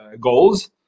goals